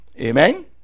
Amen